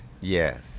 Yes